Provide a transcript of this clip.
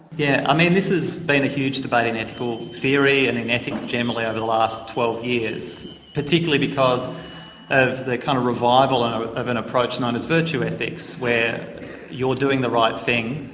yeah, i mean this has been a huge debate but in ethical theory and in ethics generally over the last twelve years particularly because of the kind of revival um of an approach known as virtue ethics where you're doing the right thing,